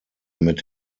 mit